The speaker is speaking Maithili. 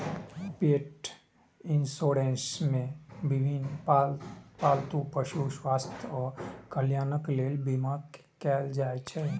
पेट इंश्योरेंस मे विभिन्न पालतू पशुक स्वास्थ्य आ कल्याणक लेल बीमा कैल जाइ छै